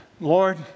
Lord